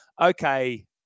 okay